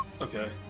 Okay